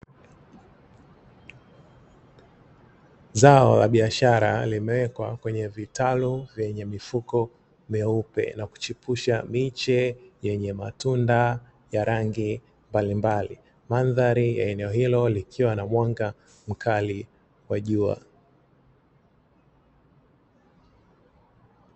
Zao la biashara limewekwa kwenye vitalu vyenye mifuko meupe na kuchipusha miche yenye matunda ya rangi mbalimbali, mandhari ya eneo hilo likiwa na mwanga mkali wa jua.